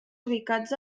ubicats